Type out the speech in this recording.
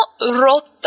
rotto